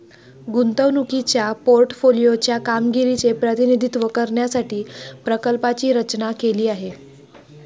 गुंतवणुकीच्या पोर्टफोलिओ च्या कामगिरीचे प्रतिनिधित्व करण्यासाठी प्रकल्पाची रचना केली आहे